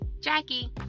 Jackie